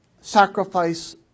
sacrifice